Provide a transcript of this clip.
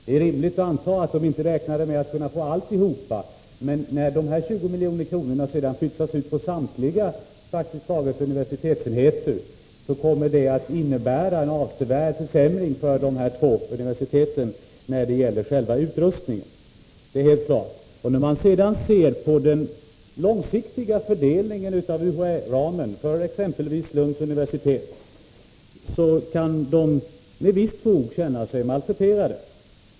Det är rimligt att anta att de inte räknade med att kunna få hela beloppet, men att de 20 miljoner kronorna sedan pytsades ut till praktiskt taget samtliga universitetsenheter kommer naturligtvis att innebära en avsevärd försämring av själva utrustningen för Lunds och Linköpings universitet. Ser man tillbaka på den långsiktliga fördelningen av UHÄ-ramen när det gäller exempelvis Lunds universitet kan man konstatera att man där med visst fog kan känna sig malträterad.